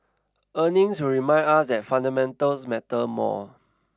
earnings will remind us that fundamentals matter more